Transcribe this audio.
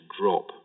drop